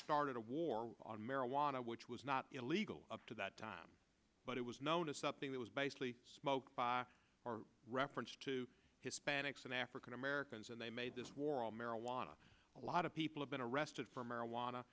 started a war on marijuana which was not illegal up to that time but it was known as something that was basically smoked by reference to hispanics and african americans and they made this war on marijuana a lot of people have been arrested for marijuana